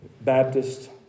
Baptist